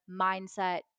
mindset